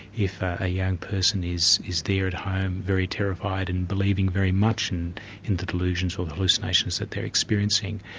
if a young person is is there at home very terrified and believing very much and in the delusions or the hallucinations that they're experiencing,